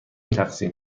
تقسیم